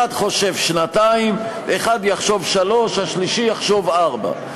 אחד חושב שנתיים ואחד יחשוב שלוש שנים והשלישי יחשוב ארבע.